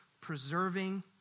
preserving